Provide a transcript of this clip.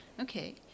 Okay